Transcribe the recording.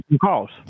calls